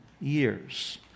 years